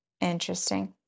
Interesting